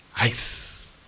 Ice